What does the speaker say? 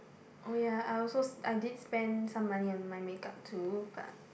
oh ya I also I did spend some money on my makeup too but